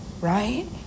right